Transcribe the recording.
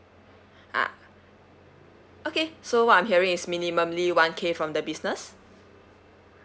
ah okay so what I'm hearing is minimally one K from the business